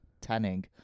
tanning